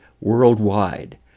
worldwide